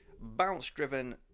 bounce-driven